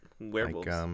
werewolves